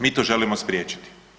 Mi to želimo spriječiti.